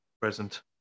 present